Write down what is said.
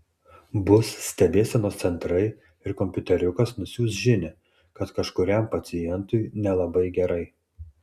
bus stebėsenos centrai ir kompiuteriukas nusiųs žinią kad kažkuriam pacientui nelabai gerai